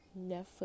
netflix